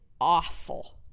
awful